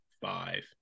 five